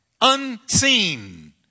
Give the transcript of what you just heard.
unseen